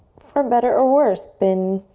for better or worse, been